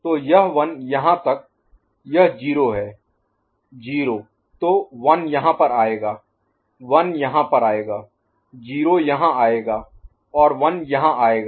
तो यह 1 यहाँ तक यह 0 है 0 तो 1 यहाँ पर आएगा 1 यहाँ पर आएगा 0 यहाँ आएगा और 1 यहाँ आएगा